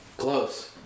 close